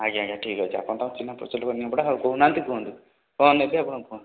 ଆଜ୍ଞା ଆଜ୍ଞା ଠିକ୍ଅଛି ଆପଣ ତାହେଲେ ଚିହ୍ନା ପରିଚୟ ଲୋକ ନିମାପଡ଼ା ହଉ କହୁନାହାନ୍ତି କୁହନ୍ତୁ କଣ ନେବେ ଆପଣ କୁହନ୍ତୁ